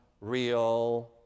real